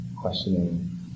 questioning